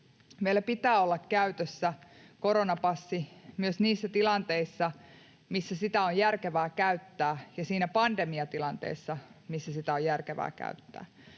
Meillä pitää olla käytössä myös koronapassi niissä tilanteissa, missä sitä on järkevää käyttää, ja siinä pandemiatilanteessa, missä sitä on järkevää käyttää.